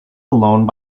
alone